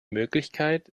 möglichkeit